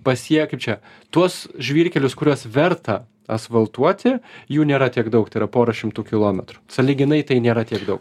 pasie kaip čia tuos žvyrkelius kuriuos verta asfaltuoti jų nėra tiek daug tai yra pora šimtų kilometrų sąlyginai tai nėra tiek daug